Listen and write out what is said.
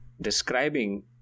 describing